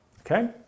Okay